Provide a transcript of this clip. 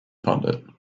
pundit